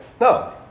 No